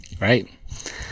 Right